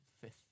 fifth